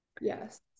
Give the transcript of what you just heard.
Yes